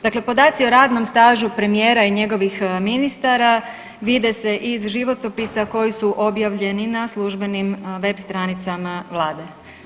Dakle, podaci o radnom stažu premijera i njegovih ministara vide se iz životopisa koji su objavljeni na službenim web stranicama vlade.